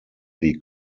wie